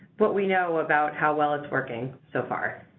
but we know about how well it's working so far?